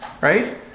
right